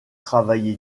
travaillé